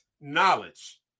knowledge